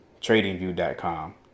TradingView.com